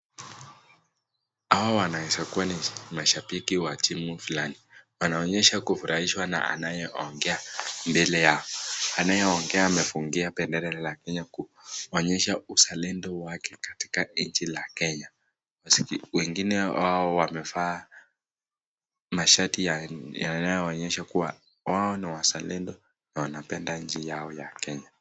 Hawa wanaweza kuwa ni mashabiki wa timu fulani. Wanaonyesha kufurahishwa na anayeongea mbele yao. Anayeongea amefungia bendera la Kenya kuonyesha uzalendo wake katika nchi la Kenya. Wengine wao wamevaa mashati yanayoonyesha kuwa wao ni wazalendo na wanapenda nchi yao ya Kenya.